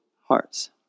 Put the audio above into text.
hearts